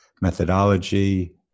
methodology